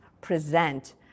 present